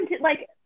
like-